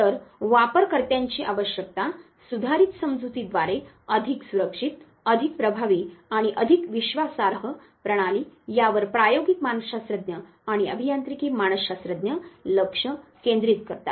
तर वापरकर्त्यांची आवश्यकता सुधारित समजुतीद्वारे अधिक सुरक्षित अधिक प्रभावी आणि अधिक विश्वासार्ह प्रणाली यावर प्रायोगिक मानसशास्त्रज्ञ आणि अभियांत्रिकी मानसशास्त्रज्ञ लक्ष केंद्रित करतात